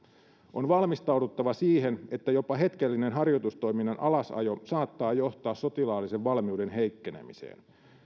on valmistauduttava siihen että jopa hetkellinen harjoitustoiminnan alasajo saattaa johtaa sotilaallisen valmiuden heikkenemiseen